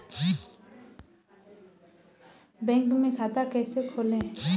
Bank में खाता कैसे खोलें?